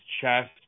chest